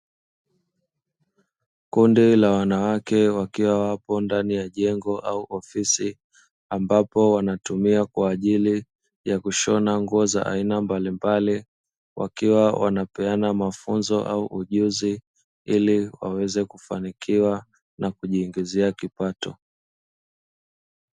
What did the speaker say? Kundi la wanawake wakiwa ndani ya jengo au ofisi, ambapo wapo kwa ajili ya kushona nguo za aina mbalimbali, ikiwa wanapeana mafunzo au ujuzi ili waweze kufanikiwa na kujiingizia kipato.